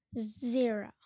Zero